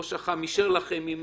ראש אח"מ אישר לכם, עם